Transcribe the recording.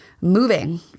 moving